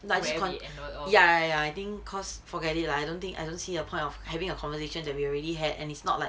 like so ya ya ya I think cause forget it lah I don't think I don't see a point of having a conversation that we already had and it's not like